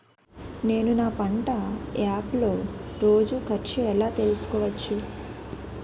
నేను నా పంట యాప్ లో రోజు ఖర్చు ఎలా తెల్సుకోవచ్చు?